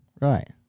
Right